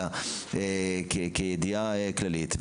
אלא כידיעה כללית,